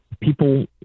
people